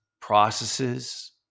processes